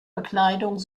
bekleidung